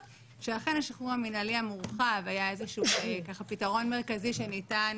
שאכן השחרור המינהלי המורחב היה איזשהו פתרון מרכזי שניתן